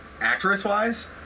Actress-wise